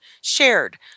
shared